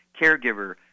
caregiver